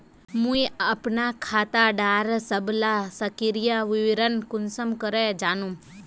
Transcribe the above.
मुई अपना खाता डार सबला सक्रिय विवरण कुंसम करे जानुम?